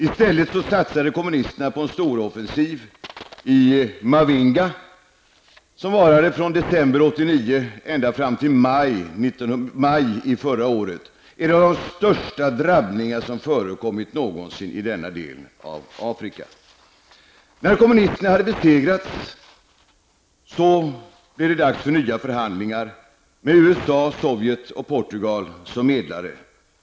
I stället satsade kommunisterna på en storoffensiv i Mavinga som varade från december 1989 ända fram till maj förra året, en av de största drabbningar som någonsin förekommit i denna del av Afrika. När kommunisterna hade besegrats blev det dags för nya förhandlingar med USA, Sovjet och Portugal som medlare.